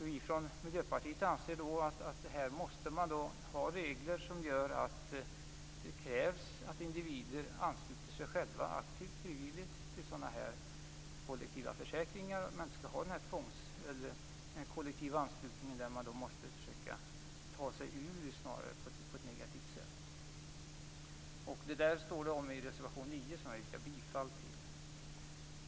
Vi från Miljöpartiet anser att man måste ha regler som innebär krav på att individer skall få aktivt och frivilligt ansluta sig själva till sådana här kollektiva försäkringar. Man skall inte ha en kollektiv anslutning, som man på ett negativt sätt måste försöka ta sig ut ur. Detta anförs i reservation 9, som jag yrkar bifall till.